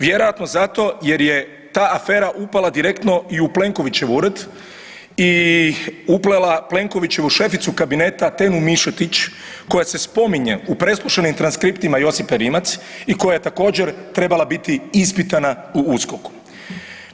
Vjerojatno zato jer je ta afera upala direktno i u Plenkovićev ured i uplela Plenkovićevu šeficu kabineta Tenu Mišetić koja se spominje u preslušanim transkriptima Josipe Rimac i koja također, trebala biti ispitana u USKOK-u.